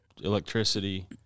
electricity